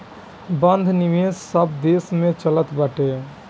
बंध निवेश सब देसन में चलत बाटे